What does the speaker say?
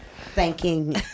thanking